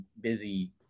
busy